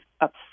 upset